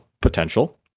potential